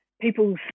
people's